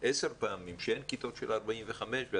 עשר פעמים אין כיתות של 45 תלמידים אבל